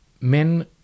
Men